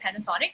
Panasonic